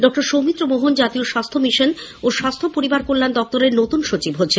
ডঃ সৌমিত্র মোহন জাতীয় স্বাস্থ্য মিশন ও স্বাস্থ্য পরিবার কল্যান দপ্তরের নতুন সচিব হচ্ছেন